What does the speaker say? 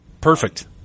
Perfect